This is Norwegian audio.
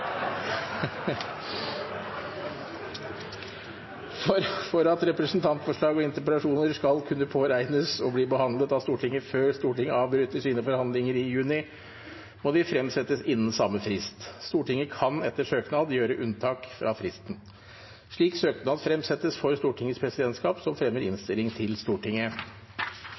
For at representantforslag eller interpellasjoner skal kunne påregnes å bli behandlet av Stortinget før Stortinget avbryter sine forhandlinger i juni, må de fremsettes innen samme frist. Stortinget kan etter søknad gjøre unntak fra fristen. Slik søknad fremsettes for Stortingets presidentskap, som fremmer innstilling til Stortinget.»